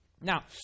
now